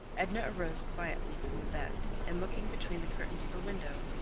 edna arose quietly from the bed, and looking between the curtains of the window,